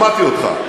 שמעתי אותך,